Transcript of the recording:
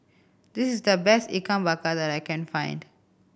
this is the best Ikan Bakar that I can find